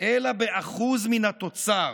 אלא באחוז מן התוצר.